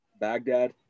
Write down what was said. Baghdad